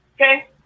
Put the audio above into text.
Okay